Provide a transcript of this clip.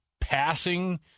passing